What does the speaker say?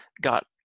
got